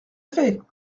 fait